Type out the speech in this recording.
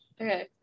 Okay